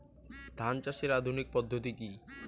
ধান চাষের আধুনিক পদ্ধতি কি?